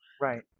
right